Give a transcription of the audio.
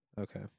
Okay